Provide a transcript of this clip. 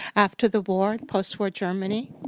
after the war post-war germany.